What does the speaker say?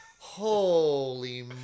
Holy